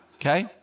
Okay